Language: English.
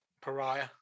pariah